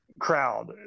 crowd